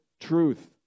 truth